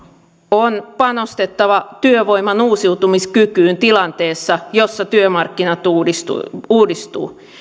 on panostettava työvoiman uusiutumiskykyyn tilanteessa jossa työmarkkinat uudistuvat uudistuvat